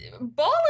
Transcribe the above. Ball